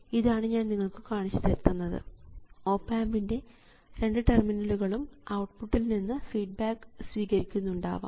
ഇതാണ് ഞാൻ നിങ്ങൾക്ക് കാണിച്ചു തന്നത് ഓപ് ആമ്പിൻറെ രണ്ട് ടെർമിനലുകളും ഔട്ട്പുട്ടിൽ നിന്ന് ഫീഡ്ബാക്ക് സ്വീകരിക്കുന്നുണ്ടാവാം